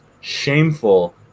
shameful